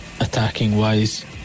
attacking-wise